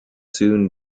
soon